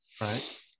Right